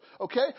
Okay